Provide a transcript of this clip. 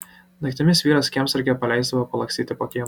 naktimis vyras kiemsargę paleisdavo palakstyti po kiemą